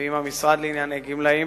ועם המשרד לענייני גמלאים,